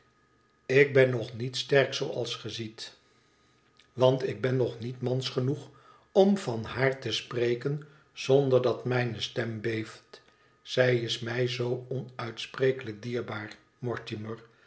ik ben nog niet sterk zooals ge ziet want ik ben nog niet mans genoeg om van haar te spreken zonder dat mijne stem beeft zij is mij zoo onuitsprekelijk dierbaar mortimer